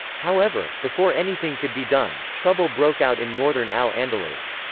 however, before anything could be done, trouble broke out in northern al-andalus.